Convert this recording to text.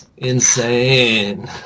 Insane